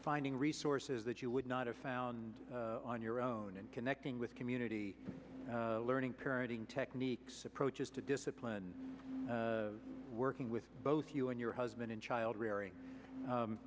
finding resources that you would not have found on your own and connecting with community learning parenting techniques approaches to discipline and working with both you and your husband in child rearing